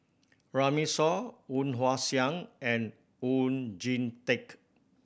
Runme Shaw Woon Wah Siang and Oon Jin Teik